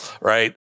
right